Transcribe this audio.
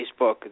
Facebook